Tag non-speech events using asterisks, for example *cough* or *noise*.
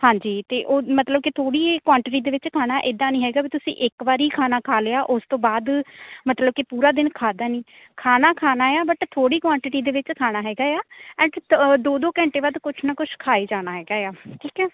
ਹਾਂਜੀ ਅਤੇ ਉਹ ਮਤਲਬ ਕਿ ਥੋੜ੍ਹੀ ਕੁਆਂਟਿਟੀ ਦੇ ਵਿੱਚ ਖਾਣਾ ਇੱਦਾਂ ਨਹੀਂ ਹੈਗਾ ਵੀ ਤੁਸੀਂ ਇੱਕ ਵਾਰੀ ਖਾਣਾ ਖਾ ਲਿਆ ਉਸ ਤੋਂ ਬਾਅਦ ਮਤਲਬ ਕਿ ਪੂਰਾ ਦਿਨ ਖਾਧਾ ਨਹੀਂ ਖਾਣਾ ਖਾਣਾ ਆ ਬਟ ਥੋੜ੍ਹੀ ਕੁਆਂਟਿਟੀ ਦੇ ਵਿੱਚ ਖਾਣਾ ਹੈਗਾ ਆ *unintelligible* ਦੋ ਦੋ ਘੰਟੇ ਬਾਅਦ ਕੁਛ ਨਾ ਕੁਛ ਖਾਈ ਜਾਣਾ ਹੈਗਾ ਆ ਠੀਕ ਹੈ